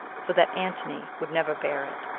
for that antony would never bear it,